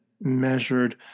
measured